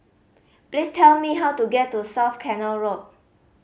please tell me how to get to South Canal Road